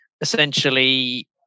essentially –